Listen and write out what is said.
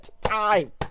time